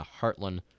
Heartland